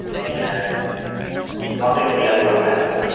and i'll think of the other one by the end,